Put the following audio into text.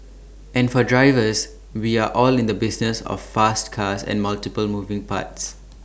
and for drivers we are all in the business of fast cars and multiple moving parts